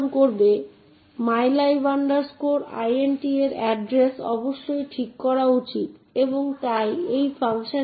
এই অ্যাক্সেস ম্যাট্রিক্সটি আপনার অপারেটিং সিস্টেমগুলির জন্য আপনার অ্যাক্সেস নিয়ন্ত্রণ নীতিগুলি তৈরি করার জন্য মৌলিক বিল্ডিং ব্লক হবে